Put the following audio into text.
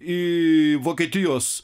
į vokietijos